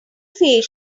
face